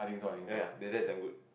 ya ya that that's damn good